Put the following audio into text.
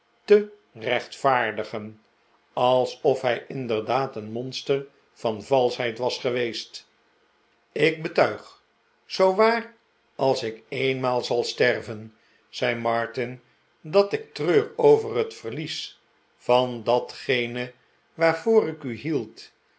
te rechtvaardigen alsof hij inderdaad een monster van valschheid was geweest ik betuig zoo waar als ik eenmaal zal sterven zei martin dat ik treur oyer het verlies van datgene waarvoor ik u hield